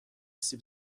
سیب